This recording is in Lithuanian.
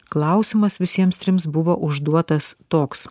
klausimas visiems trims buvo užduotas toks